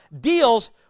deals